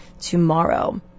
tomorrow